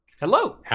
Hello